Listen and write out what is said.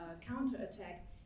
counterattack